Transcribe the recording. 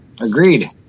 Agreed